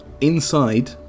Inside